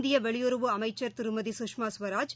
இந்திய வெளியுறவு அமைச்சர் திருமதி குஷ்மா கவராஜ்